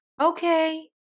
okay